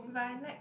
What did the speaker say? but I like